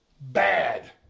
bad